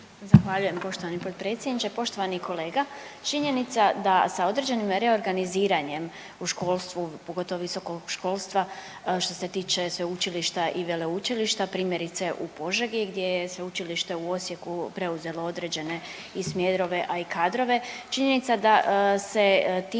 Zahvaljujem poštovani potpredsjedniče. Poštovani kolega, činjenica da sa određenim reorganiziranjem u školstvu, pogotovo visokog školstva što se tiče sveučilišta i veleučilišta, primjerice u Požegi gdje je Sveučilište u Osijeku preuzelo određene i smjerove, a i kadrove, činjenica da se time